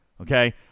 Okay